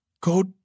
go